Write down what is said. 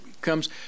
comes